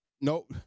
no